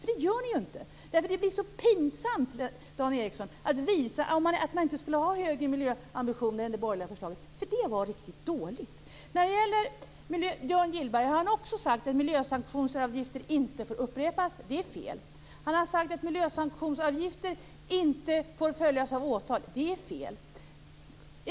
Ni gör ju inte det. Det blir så pinsamt, Dan Ericsson, om man visar att man inte har högre miljöambitioner än det borgerliga förslaget, som ju var riktigt dåligt. Björn Gillberg har också sagt att miljösanktionsavgifter inte får upprepas. Det är fel. Han har sagt att miljösanktionsavgifter inte får följas av åtal. Det är fel.